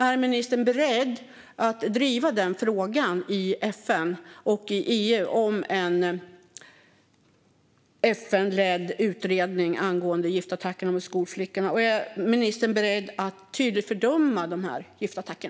Är ministern beredd att driva frågan i FN och EU om en FN-ledd utredning om giftattacken mot skolflickorna? Och är ministern beredd att tydligt fördöma giftattackerna?